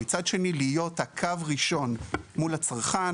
ומצד שני להיות קו ראשון מול הצרכן.